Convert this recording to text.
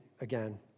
again